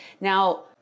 Now